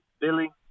Billy